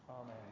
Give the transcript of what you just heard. Amen